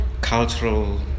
cultural